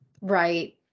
Right